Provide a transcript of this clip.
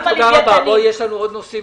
בבקשה.